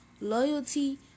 Loyalty